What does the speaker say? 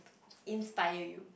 inspire you